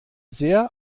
sehr